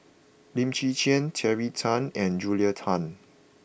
Lim Chwee Chian Terry Tan and Julia Tan